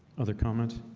other comment